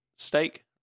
Steak